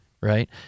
Right